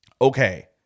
okay